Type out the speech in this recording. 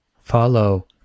Follow